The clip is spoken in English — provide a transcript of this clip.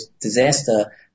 disaster